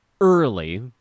early